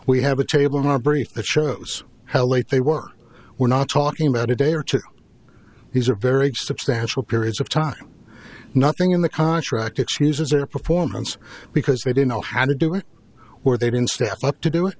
we have a table in our brief that shows how late they were we're not talking about a day or two these are very substantial periods of time nothing in the contract excuses their performance because they didn't know how to do it or they didn't step up to do it